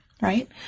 right